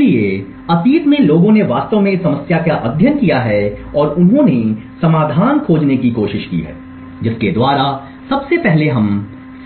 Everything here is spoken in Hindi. इसलिए अतीत में लोगों ने वास्तव में इस समस्या का अध्ययन किया है और उन्होंने समाधान खोजने की कोशिश की है जिसके द्वारा सबसे पहले हम